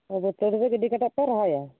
ᱜᱩᱴᱩ ᱨᱮᱜᱮ ᱜᱤᱰᱤ ᱠᱟᱛᱮ ᱯᱮ ᱨᱚᱦᱚᱭᱟ